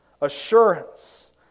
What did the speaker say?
Assurance